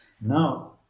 Now